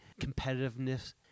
competitiveness